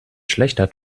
schlechter